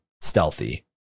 stealthy